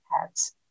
pets